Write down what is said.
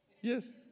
Yes